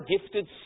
gifted